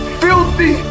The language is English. filthy